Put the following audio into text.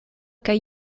kaj